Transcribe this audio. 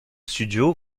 studio